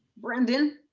brendan.